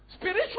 Spiritual